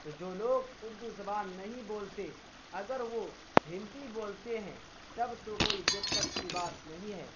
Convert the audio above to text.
تو جو لوگ اردو زبان نہیں بولتے اگر وہ ہندی بولتے ہیں تب تو کوئی دقت کی بات نہیں ہے